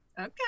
Okay